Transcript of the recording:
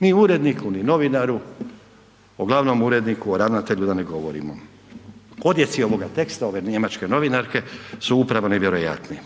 ni uredniku, ni novinaru, o glavnom uredniku, o ravnatelju da ne govorimo. Odjeci ovog teksta ove njemačke novinarke su upravo nevjerojatni.